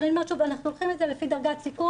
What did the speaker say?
אבל אני אומרת שוב שאנחנו עושים את זה לפי דרגת סיכון,